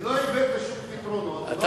ולא הבאת שום פתרונות,